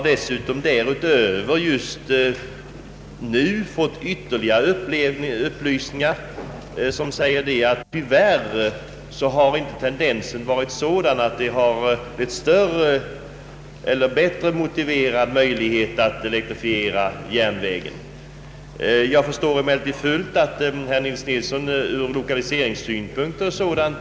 Därutöver har vi fått ytterligare upplysningar som ger vid handen att utvecklingen i olika avseenden inte varit sådan att en elektrifiering av bandelen för närvarande är tillräckligt motiverad. Jag förstår mycket väl de lokaliseringspolitiska synpunkter som herr Nils Nilsson lägger på frågan.